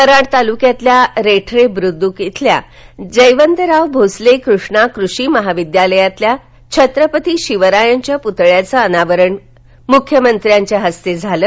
कराड तालुक्यातील रेठरे बुद्रुक इथल्या जयवंतराव भोसले कृष्णा कृषी महाविद्यालयातील छत्रपती शिवरायांच्या पृतळ्याचं अनावरण मुख्यमंत्री देवेंद्र फडणवीस यांच्या हस्ते काल झालं